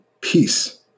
peace